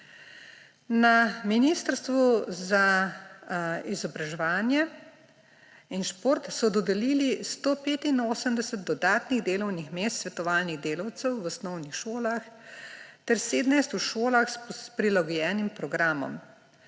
Na Ministrstvu za izobraževanje in šport so dodelili 185 dodatnih delovnih mest svetovalnih delavcev v osnovnih šolah ter 17 v šolah s prilagojenim programom,